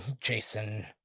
Jason